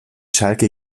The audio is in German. schalke